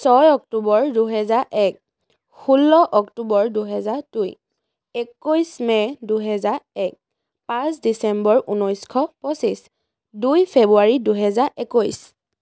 ছয় অক্টোবৰ দুহেজাৰ এক ষোল্ল অক্টোবৰ দুহেজাৰ দুই একৈছ মে' দুহেজাৰ এক পাঁচ ডিচেম্বৰ ঊনৈছ শ পঁচিছ দুই ফেব্ৰুৱাৰী দুহেজাৰ একৈছ